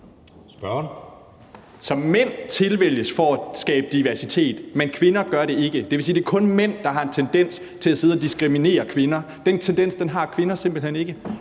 Så mænd tilvælges for at skabe diversitet, men ikke kvinder. Det vil altså sige, at det kun er mænd, der har en tendens til at sidde og diskriminere kvinder; den tendens har kvinder simpelt hen ikke.